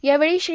यावेळी श्री